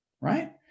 right